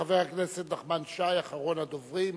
חבר הכנסת נחמן שי, אחרון הדוברים.